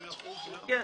כן,